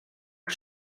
już